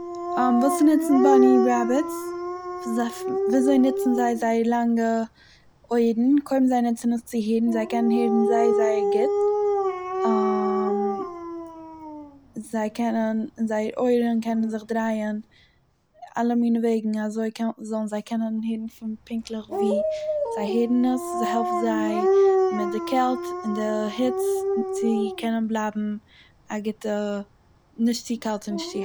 וואס נוצן באני רעביט'ס, פון וויזוי נוצן זיי זייער לאנגע אויערן קודם זיי נוצן עס צו הערן זיי קענען הערן זייער זייער גוט זיי קענען זייער אויערן קענען זיך דרייען אלע מינע וועגן אזוי ק- זאלן זיי קענען הערן פון פוקנטליך ווי זיי הערן עס, ס'העלפט זיי מיט די קעלץ און מיט די היץ צו קענען בלייבן א גוטע... נישט צו קאלט און נישט צו הייס.